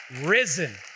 risen